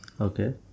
Okay